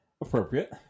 Appropriate